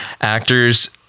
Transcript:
actors